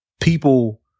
people